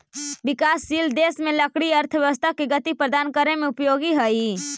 विकासशील देश में लकड़ी अर्थव्यवस्था के गति प्रदान करे में उपयोगी हइ